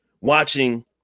watching